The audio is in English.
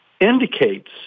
indicates